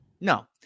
no